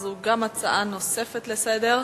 זו הצעה נוספת לסדר-היום.